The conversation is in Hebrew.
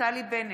נפתלי בנט,